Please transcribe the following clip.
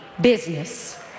business